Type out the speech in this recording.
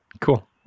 Cool